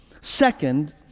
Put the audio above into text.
Second